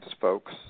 folks